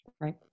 Right